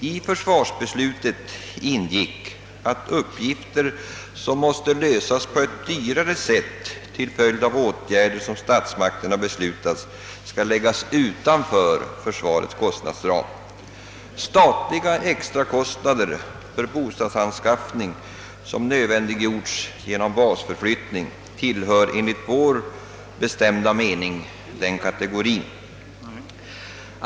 I försvarsbeslutet ingick att uppgifter som måste lösas på ett mera kostsamt sätt till följd av åtgärder som statsmakterna beslutat skall läggas utanför försvarets kostnadsram. Statliga extrakostnader för bostadsanskaffning som blivit nödvändig genom basförflyttning tillhör enligt vår bestämda mening den kategorin.